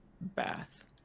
bath